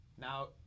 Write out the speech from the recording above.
Now